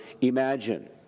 imagine